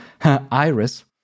iris